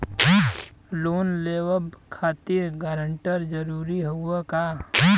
Loan लेवब खातिर guarantor जरूरी हाउ का?